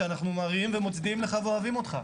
שאנחנו מריעים ומצדיעים לך ואוהבים אותך,